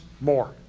more